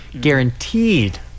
guaranteed